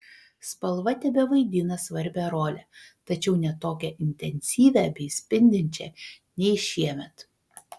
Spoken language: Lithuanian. spalva tebevaidina svarbią rolę tačiau ne tokią intensyvią bei spindinčią nei šiemet